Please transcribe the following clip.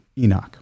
enoch